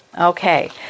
Okay